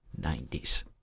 90s